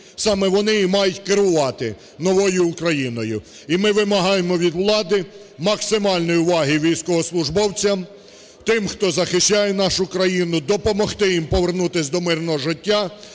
саме вони і мають керувати новою Україною. І ми вимагаємо від влади максимальної уваги військовослужбовцям, тим, хто захищає нашу країну, допомогти їм повернутися до мирного життя,